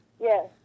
Yes